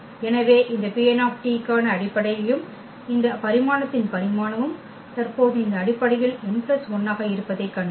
எனவே இந்த Pn க்கான அடிப்படையும் இந்த பரிமாணத்தின் பரிமாணமும் தற்போது இந்த அடிப்படையில் n 1 ஆக இருப்பதைக் கண்டோம்